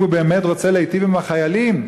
אם הוא באמת רוצה להיטיב עם החיילים,